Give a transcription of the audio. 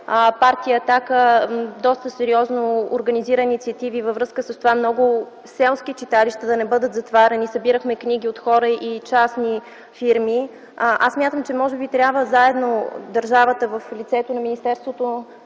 партия „Атака” доста сериозно организира инициативи във връзка с това много селски читалища да не бъдат затваряни - събирахме книги от хора и частни фирми, аз смятам, че може би трябва заедно с държавата, в лицето на Министерството